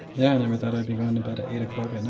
yeah i never thought i'd be going to bed at eight o'clock and